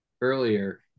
earlier